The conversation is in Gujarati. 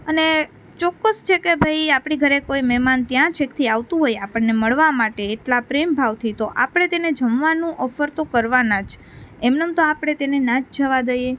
અને ચોક્કસ છે કે ભાઈ આપણી ઘરે કોઈ મહેમાન ત્યાં છેકથી આવતું હોય આપણને મળવા માટે એટલાં પ્રેમ ભાવથી તો આપણે તેને જમવાનું ઓફર તો કરવાનાં જ એમ ને એમ તો આપણે તેને ન જ જવાં દઈએ